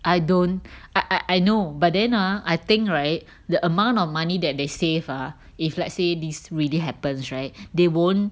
I don't I I know but then ah I think right the amount of money that they save ah if let's say this really happens right they won't